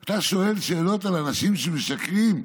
אתה שואל שאלות על אנשים שמשקרים,